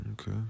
okay